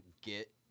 get